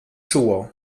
czuło